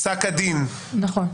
נכון.